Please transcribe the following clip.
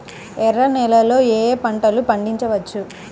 ఎర్ర నేలలలో ఏయే పంటలు పండించవచ్చు?